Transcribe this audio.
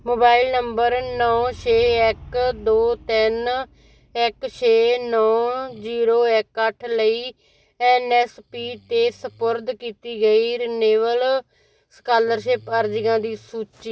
mobile number ਨੌਂ ਛੇ ਇੱਕ ਦੋ ਤਿੰਨ ਇੱਕ ਛੇ ਨੌਂ ਜੀਰੋ ਇੱਕ ਅੱਠ ਲਈ ਐੱਨ ਐੱਸ ਪੀ 'ਤੇ ਸਪੁਰਦ ਕੀਤੀ ਗਈ ਰਿਨਿਵੇਲ ਸਕਾਲਰਸ਼ਿਪ ਅਰਜ਼ੀਆਂ ਦੀ ਸੂਚੀ